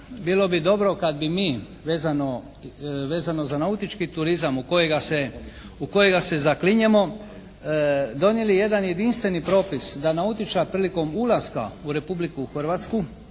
Bilo bi dobro kad bi mi vezano za nautički turizam u kojega se zaklinjemo donijeli jedan jedinstveni propis da nautičar prilikom ulaska u Republiku Hrvatsku